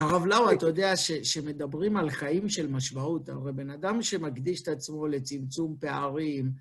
הרב לאו, אתה יודע שמדברים על חיים של משוואות, הרי בנאדם שמקדיש את עצמו לצמצום פערים,